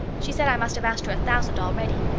she said i must have asked her a thousand already.